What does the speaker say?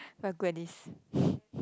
we are good at this